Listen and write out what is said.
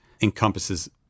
encompasses